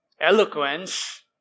eloquence